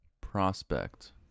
Prospect